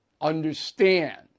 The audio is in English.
understand